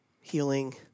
healing